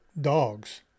Dogs